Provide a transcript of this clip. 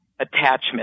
attachment